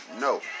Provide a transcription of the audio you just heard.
No